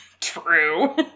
true